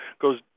goes